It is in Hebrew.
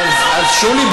אז שולי,